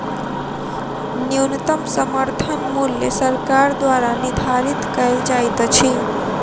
न्यूनतम समर्थन मूल्य सरकार द्वारा निधारित कयल जाइत अछि